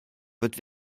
wird